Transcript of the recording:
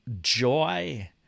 joy